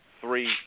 Three